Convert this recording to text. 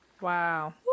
Wow